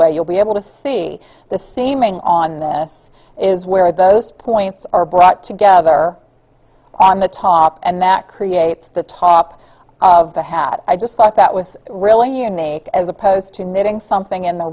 way you'll be able to see this seeming on this is where those points are brought together on the top and that creates the top of the hat i just thought that was really unique as opposed to knitting something in the